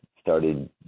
started